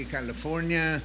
California